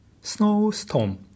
snowstorm